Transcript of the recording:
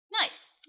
Nice